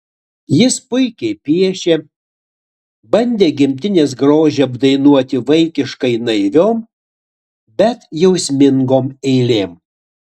jis puikiai piešė bandė gimtinės grožį apdainuoti vaikiškai naiviom bet jausmingom eilėm